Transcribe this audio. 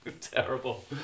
terrible